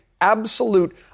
absolute